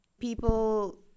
people